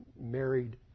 married